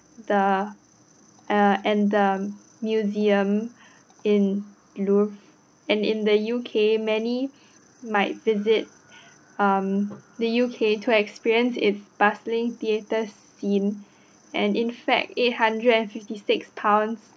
the uh and the museum in Louvre and in the U_K many might visit um the U_K to experience its bustling theatre scene and in fact eight hundred and fifty six pounds